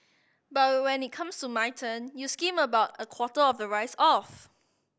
but when it comes to my turn you skim about a quarter of the rice off